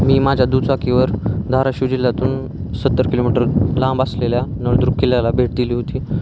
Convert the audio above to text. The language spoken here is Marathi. मी माझ्या दुचाकीवर धाराशिव जिल्ह्यातून सत्तर किलोमीटर लांब असलेल्या नळदुर्ग किल्ल्याला भेट दिली होती